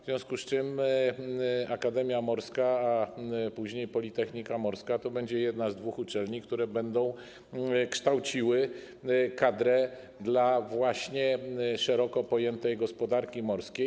W związku z tym Akademia Morska, a później Politechnika Morska, to będzie jedna z dwóch uczelni, które będą kształciły kadrę właśnie dla szeroko pojętej gospodarki morskiej.